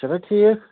چھُنہ ٹھیٖک